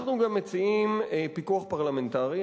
אנחנו גם מציעים פיקוח פרלמנטרי,